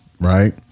right